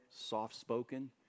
soft-spoken